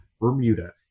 Bermuda